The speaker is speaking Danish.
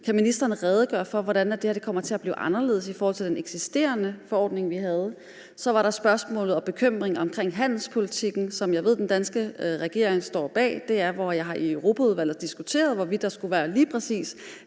Kan ministeren redegøre for, hvordan det her kommer til at blive anderledes i forhold til den eksisterende forordning? Så var der spørgsmålet og bekymringen omkring handelspolitikken, som jeg ved den danske regering står bag. Vi har i Europaudvalget diskuteret, hvorvidt der skulle være kriterier